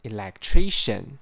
Electrician